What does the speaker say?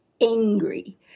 angry